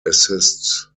assists